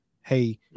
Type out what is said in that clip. Hey